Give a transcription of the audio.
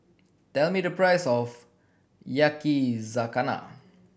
tell me the price of Yakizakana